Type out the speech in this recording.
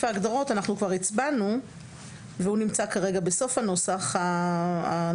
ההגדרות אנחנו כבר הצבענו והוא נמצא כרגע בסוף הנוסח הנוכחי.